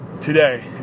today